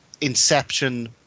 inception